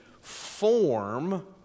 form